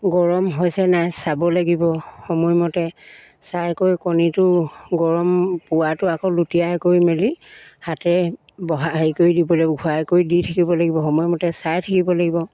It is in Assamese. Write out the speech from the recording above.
গৰম হৈছে নাই চাব লাগিব সময়মতে চাই কৰি কণীটো গৰম পোৱাটো আকৌ লুটিয়াই কৰি মেলি হাতে বহ হেৰি কৰি দিব লাগিব ঘূৰাই কৰি দি থাকিব লাগিব সময়মতে চাই থাকিব লাগিব